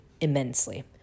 immensely